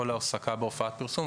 או להעסקה בהופעת פרסום.